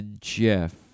Jeff